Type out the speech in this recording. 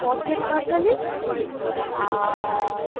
পথের পাঁচালী আর